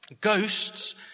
ghosts